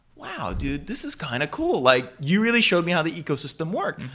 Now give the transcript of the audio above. wow, dude! this is kind of cool. like you really showed me how the ecosystem worked.